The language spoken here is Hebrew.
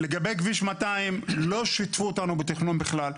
לגבי כביש 200, לא שיתפו אותנו בתכנון בכלל.